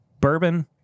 bourbon